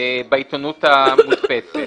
בעיתונות המודפסת.